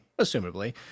assumably